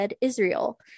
Israel